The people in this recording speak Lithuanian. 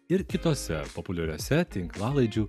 ir kitose populiariose tinklalaidžių